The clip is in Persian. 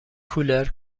کولر